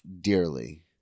dearly